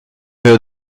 her